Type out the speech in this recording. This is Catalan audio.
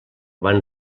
van